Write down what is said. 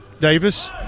Davis